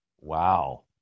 Wow